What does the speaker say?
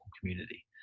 community